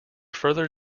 further